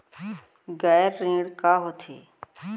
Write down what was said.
गैर ऋण का होथे?